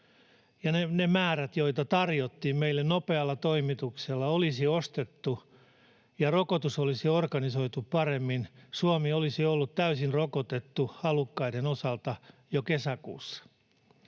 ne määrät, joita tarjottiin meille nopealla toimituksella, olisi ostettu ja rokotus olisi organisoitu paremmin, Suomi olisi ollut täysin rokotettu halukkaiden osalta jo kesäkuussa.